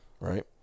right